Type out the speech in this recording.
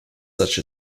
such